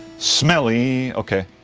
smelly okay